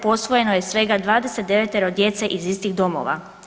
Posvojeno je svega 29 djece iz istih domova.